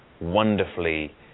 wonderfully